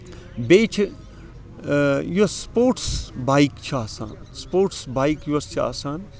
بیٚیہِ چھِ یۄس سُپوٹٕس بایِک چھِ آسان سُپوٹٕس بایِک یۄس چھےٚ آسان